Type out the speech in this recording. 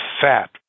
fat